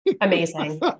Amazing